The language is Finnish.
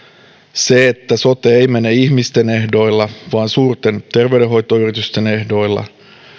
se että sote ei ei mene ihmisten ehdoilla vaan suurten terveydenhoitoyritysten ehdoilla